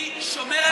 אני שומר על הכבוד של,